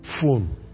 phone